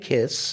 Kiss